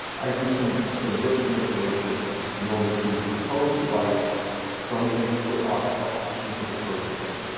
i do some some bit manipulations in order to compose the bytes from the input octets, into the code points,